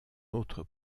autre